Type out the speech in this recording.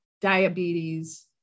diabetes